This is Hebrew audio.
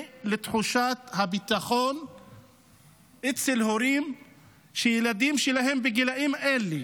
לתחושת הביטחון אצל הורים שהילדים שלהם בגילאים האלה,